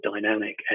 dynamic